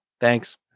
Thanks